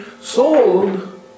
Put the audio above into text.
sold